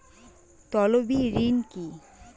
তলবি ঋণ কি?